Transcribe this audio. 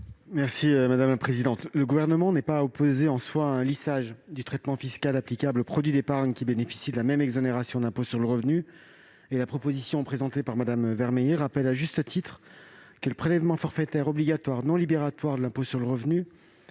l'avis du Gouvernement ? Le Gouvernement n'est pas opposé en soi à un lissage du traitement fiscal applicable aux produits d'épargne qui bénéficient de la même exonération d'impôt sur le revenu. La proposition présentée par Mme Vermeillet rappelle à juste titre que le prélèvement forfaitaire obligatoire non libératoire de l'impôt sur le revenu